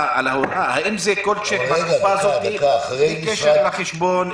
האם זה כל צ'ק בתקופה הזאת בלי קשר לחשבון,